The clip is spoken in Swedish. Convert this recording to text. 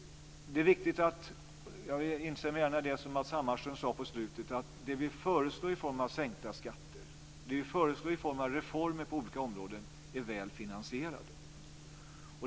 Det är viktigt, och jag instämmer gärna i det som Matz Hammarström sade i slutet av sitt anförande, att det vi föreslår i form av sänkta skatter, det vi föreslår i form av reformer på olika områden är väl finansierat.